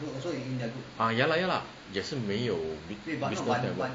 ah ya lah ya lah 也是没有 business level